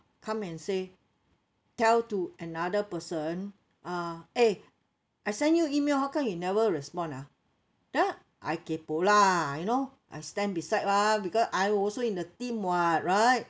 come and say tell to another person ah eh I send you email how come you never respond ah then I kaypoh lah you know I stand beside lah because I also in the team [what] right